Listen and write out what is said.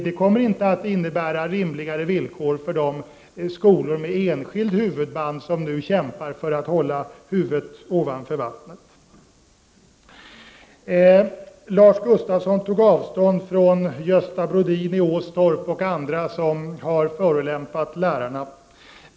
Det kommer inte att innebära rimligare villkor för de skolor med enskilda huvudmän som nu kämpar för att hålla huvudet ovanför vattenytan så att säga. Lars Gustafsson tog avstånd från Gösta Brodin i Åstorp och andra som har förolämpat lärarna.